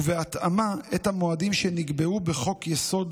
ובהתאמה, את המועדים שנקבעו בחוק-יסוד: